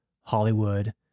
Hollywood